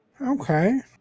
okay